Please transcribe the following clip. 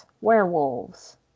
werewolves